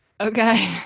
okay